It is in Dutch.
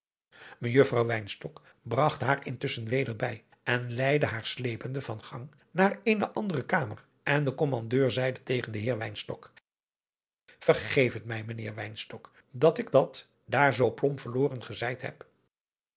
wynstok bragt haar intusschen weder bij en leidde haar slepende van gang naar eene andere kamer en de kommandeur zeide tegen den heer wynstok vergeef het mij mijnheer wynstok dat ik dat daar zoo plomp verloren gezeid heb